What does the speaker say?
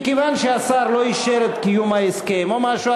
מכיוון שהשר לא אישר את קיום ההסכם או משהו,